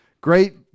great